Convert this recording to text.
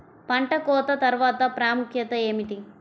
పంట కోత తర్వాత ప్రాముఖ్యత ఏమిటీ?